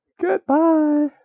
Goodbye